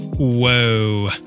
Whoa